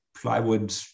plywood